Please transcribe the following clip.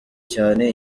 cyane